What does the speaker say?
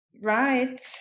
Right